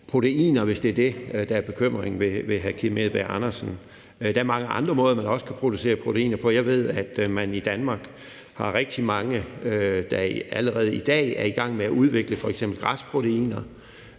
hvis det er det, der er bekymringen ved hr. Kim Edberg Andersen. Der er også mange andre måder, man kan producere proteiner på. Jeg ved, at man i Danmark har rigtig mange, der allerede i dag er i gang med at udvikle f.eks. græsproteiner,